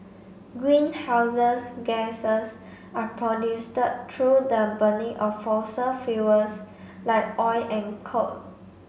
greenhouses gases are through the burning of fossil fuels like oil and coal